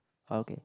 okay